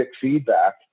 feedback